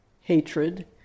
hatred